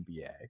NBA